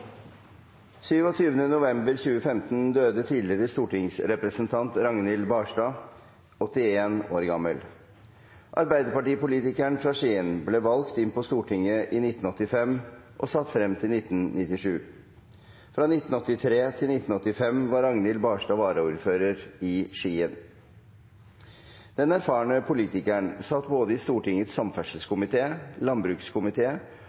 27. november 2015 døde tidligere stortingsrepresentant Ragnhild Barland, 81 år gammel. Arbeiderpartipolitikeren fra Skien ble valgt inn på Stortinget i 1985 og satt frem til 1997. Fra 1983 til 1985 var Ragnhild Barland varaordfører i Skien. Den erfarne politikeren satt både i Stortingets